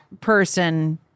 person